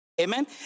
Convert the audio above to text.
Amen